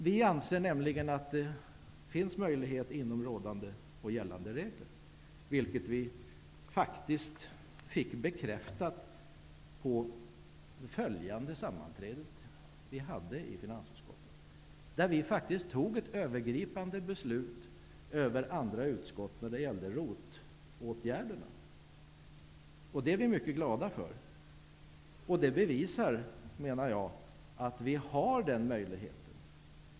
Vi anser nämligen att det finns möjlighet inom gällande regler, vilket vi faktiskt fick bekräftat på det följande sammanträdet i finansutskottet. Vi fattade faktiskt ett övergripande beslut över andra utskott när det gällde ROT-åtgärderna. Det är vi mycket glada för. Det bevisar, menar jag, att vi har den möjligheten.